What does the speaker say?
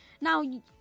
Now